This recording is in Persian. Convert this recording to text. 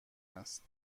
است